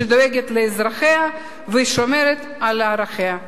שדואגת לאזרחיה ושומרת על ערכיה.